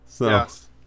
Yes